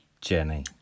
Jenny